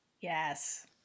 Yes